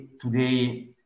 today